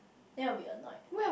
then I will be annoyed